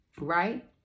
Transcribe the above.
right